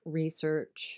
research